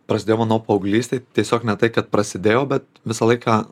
prasidėjo mano paauglystėj tiesiog ne tai kad prasidėjo bet visą laiką